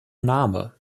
name